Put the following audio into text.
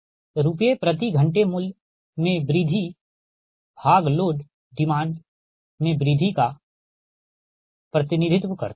और यह λ रुपये प्रति घंटे मूल्य में वृद्धि भाग लोड डिमांड में वृद्धि का प्रतिनिधित्व करता हैं